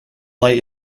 light